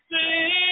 sing